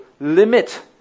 limit